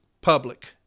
public